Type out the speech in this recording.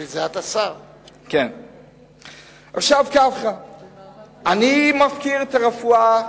אני מפקיר את הרפואה,